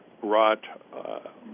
brought